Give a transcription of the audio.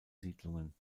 siedlungen